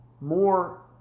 more